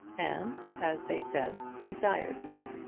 and as they said desired none.